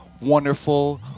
wonderful